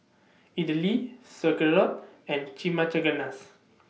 Idili Sauerkraut and